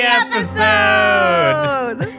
episode